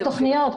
בתוכניות,